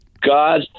God